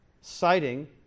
citing